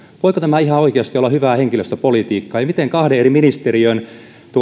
voiko tämä ihan oikeasti olla hyvää henkilöstöpolitiikkaa ja miten kahden eri ministeriön